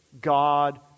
God